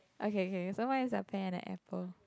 okay k so mine is a pear and an apple